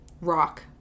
rock